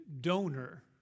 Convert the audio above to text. donor